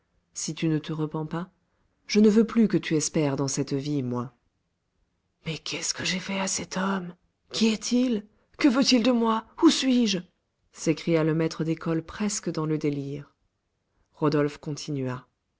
si tu ne te repens pas je ne veux plus que tu espères dans cette vie moi mais qu'est-ce que j'ai fait à cet homme qui est-il que veut-il de moi où suis-je s'écria le maître d'école presque dans le délire rodolphe continua